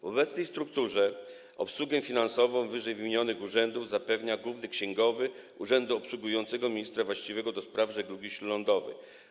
W obecnej strukturze obsługę finansową ww. urzędów zapewnia główny księgowy urzędu obsługującego ministra właściwego do spraw żeglugi śródlądowej.